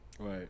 Right